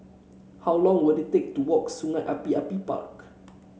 how long will it take to walk Sungei Api Api Park